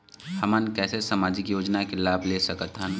हमन कैसे सामाजिक योजना के लाभ ले सकथन?